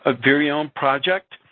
ah variome project.